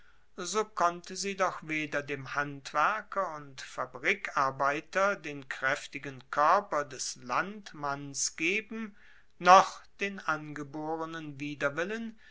so konnte sie doch weder dem handwerker und fabrikarbeiter den kraeftigen koerper des landmanns geben noch den angeborenen widerwillen